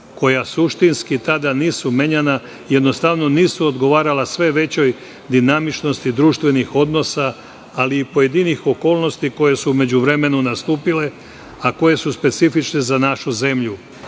koja suštinski tada nisu menjana, jednostavno nisu odgovarala sve većoj dinamičnosti društvenih odnosa ali i pojedinih okolnosti koje su u međuvremenu nastupile, a koje su specifične za našu zemlju,